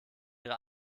ihre